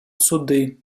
суди